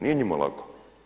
Nije njima lako!